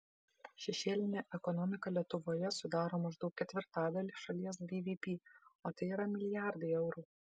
šešėlinė ekonomika lietuvoje sudaro maždaug ketvirtadalį šalies bvp o tai yra milijardai eurų